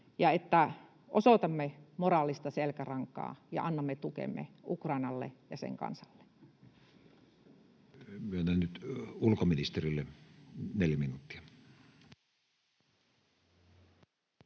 ja että osoitamme moraalista selkärankaa ja annamme tukemme Ukrainalle ja sen kansalle.